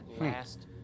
last